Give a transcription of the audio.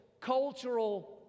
Cultural